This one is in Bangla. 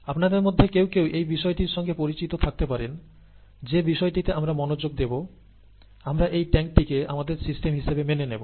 আপনাদের মধ্যে কেউ কেউ এই বিষয়টির সঙ্গে পরিচিত থাকতে পারেন যে বিষয়টিতে আমরা মনোযোগ দেব আমরা এই ট্যাংকটিকে আমাদের সিস্টেম হিসেবে মেনে নেব